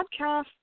podcast